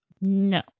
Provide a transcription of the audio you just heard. No